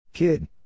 Kid